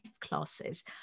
classes